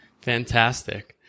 Fantastic